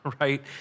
right